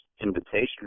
invitation